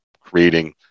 creating